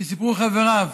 שסיפרו חבריו,